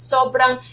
Sobrang